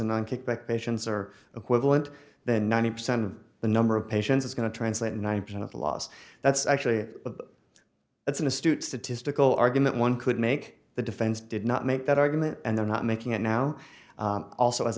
in one kickback patients are equivalent then ninety percent of the number of patients is going to translate nine percent of the loss that's actually that's an astute statistical argument one could make the defense did not make that argument and they're not making it now also as